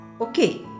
okay